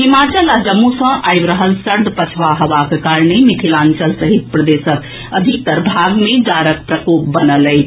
हिमाचल आ जम्मू सॅ आबि रहल सर्द पछवा हवाक कारणे मिथिलांचल सहित प्रदेशक अधिकतर भाग मे जाड़क प्रकोप बनल अछि